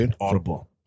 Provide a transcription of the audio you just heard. Audible